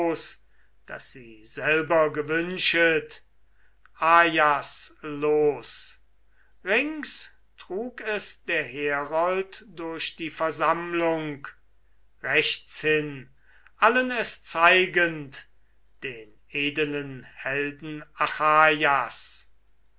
das sie selber gewünschet ajas los rings trug es der herold durch die versammlung rechtshin allen es zeigend den edelen helden